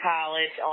College